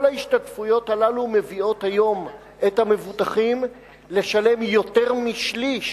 כל ההשתתפויות הללו מביאות היום את המבוטחים לשלם יותר משליש